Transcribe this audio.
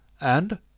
And